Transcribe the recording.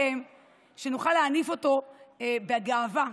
שנוכל להניף אותו בגאווה,